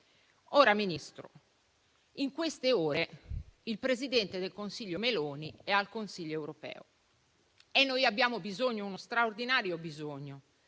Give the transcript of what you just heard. Ministro, in queste ore il presidente del Consiglio Meloni è al Consiglio europeo e noi abbiamo uno straordinario bisogno